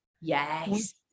Yes